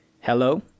Hello